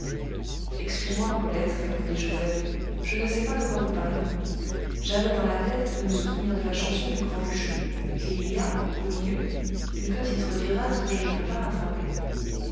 excuse-moi brulette répondit joseph je ne sais pas de quoi vous parlez j'avais dans la tête de me souvenir de la chanson du grand bûcheux et il y a au milieu une petite revirade que je ne peux pas rattraper